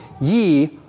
ye